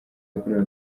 yakorewe